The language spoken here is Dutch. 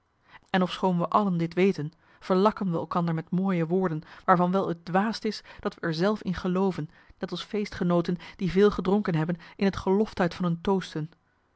en ofschoon we allen dit weten verlakken we elkander met mooie woorden waarvan wel het dwaast is dat we er zelf in gelooven net als feestgenooten die veel gedronken hebben in het geloftuit van hun toasten